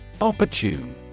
opportune